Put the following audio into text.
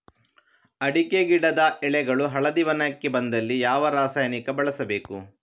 ಅಡಿಕೆ ಗಿಡದ ಎಳೆಗಳು ಹಳದಿ ಬಣ್ಣಕ್ಕೆ ಬಂದಲ್ಲಿ ಯಾವ ರಾಸಾಯನಿಕ ಬಳಸಬೇಕು?